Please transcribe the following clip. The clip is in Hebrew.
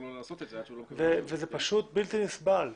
זה פשוט בלתי נסבל.